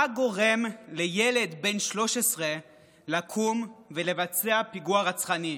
מה גורם לילד בן 13 לקום ולבצע פיגוע רצחני?